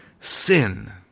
sin